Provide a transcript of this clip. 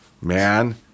man